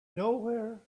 nowhere